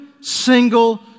single